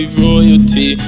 royalty